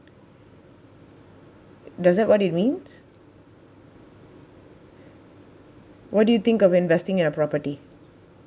does it what it means what do you think of investing in a property